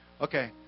Okay